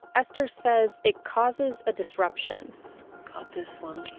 esther says it causes a disruption got this one